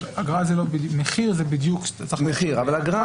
מחיר זה בדיוק, אבל אגרה